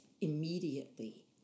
immediately